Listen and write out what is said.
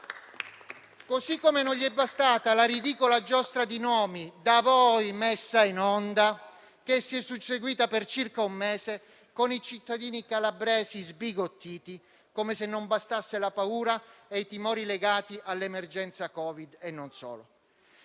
Non gli è bastata nemmeno la ridicola giostra di nomi da voi messa in scena, che si è susseguita per circa un mese, con i cittadini calabresi sbigottiti, come se non bastassero la paura e i timori legati all'emergenza da Covid e non solo.